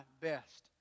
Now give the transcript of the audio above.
best